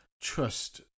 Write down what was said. trust